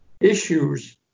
issues